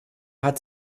hat